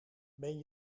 ben